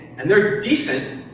and they're decent,